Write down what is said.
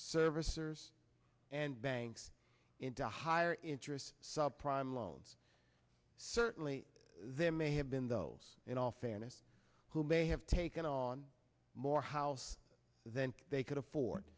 servicers and banks into higher interest subprime loans certainly there may have been those in all fairness who may have taken on more house than they could afford